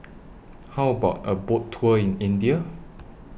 How about A Boat Tour in India